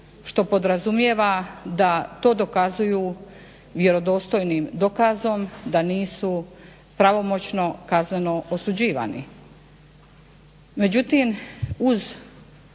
što podrazumijeva da to dokazuju vjerodostojnim dokazom da nisu pravomoćno kazneno osuđivani.